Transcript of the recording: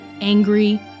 angry